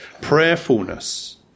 prayerfulness